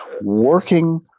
working